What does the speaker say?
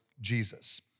Jesus